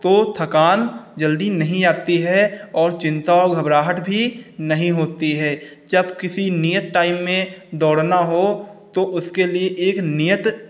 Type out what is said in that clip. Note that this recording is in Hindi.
तो थकान जल्दी नहीं आती है और चिंता और घबराहट भी नहीं होती है जब किसी नियत टाइम में दौड़ना हो तो उसके लिए एक नियत